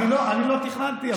אני לא תכננתי,